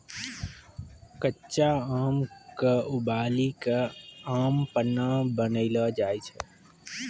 कच्चा आम क उबली कॅ आम पन्ना बनैलो जाय छै